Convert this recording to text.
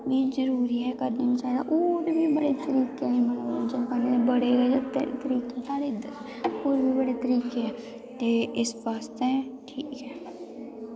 बी जरूरी ऐ करी लैना चाहिदा होर बी बड़े तरीके न मनोरंजन करने दे बड़े तरीके साढ़े इद्धर होर बी बड़े तरीके ऐ ते इस बास्तै ठीक ऐ